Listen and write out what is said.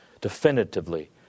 definitively